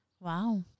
wow